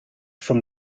from